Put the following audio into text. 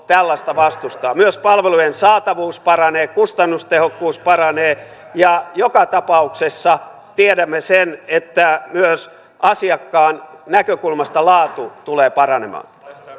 tällaista vastustaa myös palvelujen saatavuus paranee kustannustehokkuus paranee ja joka tapauksessa tiedämme sen että myös asiakkaan näkökulmasta laatu tulee paranemaan